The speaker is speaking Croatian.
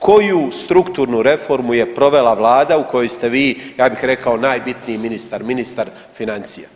Koju strukturnu reformu je provela vlada u kojoj ste vi, ja bih rekao najbitniji ministar, ministar financija?